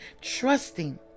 trusting